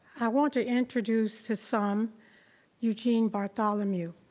i want to introduce to some eugene bartholomew.